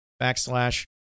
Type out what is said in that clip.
backslash